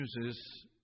uses